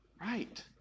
Right